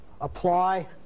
apply